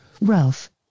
Ralph